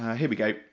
here we go,